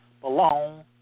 belong